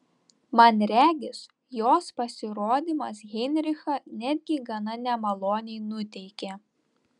man regis jos pasirodymas heinrichą netgi gana nemaloniai nuteikė